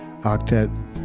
octet